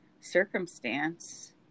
circumstance